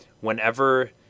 whenever